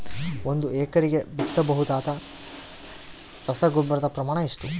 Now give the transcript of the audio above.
ಒಂದು ಎಕರೆಗೆ ಬಿತ್ತಬಹುದಾದ ರಸಗೊಬ್ಬರದ ಪ್ರಮಾಣ ಎಷ್ಟು?